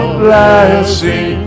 blessing